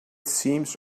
seems